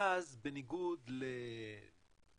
גז, בניגוד לנפט,